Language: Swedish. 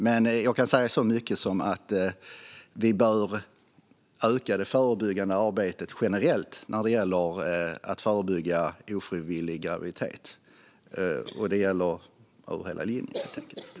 Men jag kan säga så mycket som att vi bör öka generellt när det gäller att förebygga ofrivillig graviditet. Det gäller över hela linjen, helt enkelt.